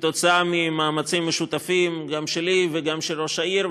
כתוצאה ממאמצים משותפים גם שלי וגם של ראש העיר,